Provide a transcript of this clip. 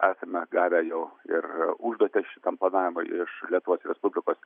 esame gavę jau ir užduotis šitam planavimui iš lietuvos respublikos